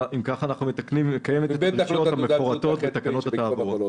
אם כך אנחנו מתקנים: "מקיימת את הדרישות המפורטות בתקנות התעבורה".